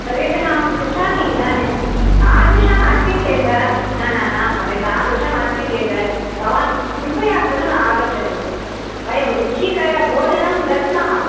सर्वेभ्यः अहं पृच्छामि इदानीं तादृशम् अस्ति चेत् न न न महोदय तादृशम् अस्ति चेत् भवान् कृपया पुनः आगच्छतु वयं रुचिकरभोजनं दद्मः